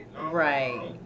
right